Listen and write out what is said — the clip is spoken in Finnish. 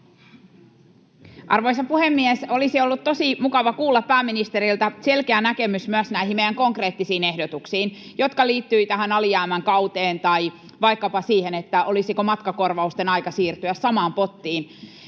Arvoisa puhemies! Olisi ollut tosi mukava kuulla pääministeriltä selkeä näkemys myös näihin meidän konkreettisiin ehdotuksiin, jotka liittyivät tähän alijäämän kauteen tai vaikkapa siihen, olisiko matkakorvausten aika siirtyä samaan pottiin.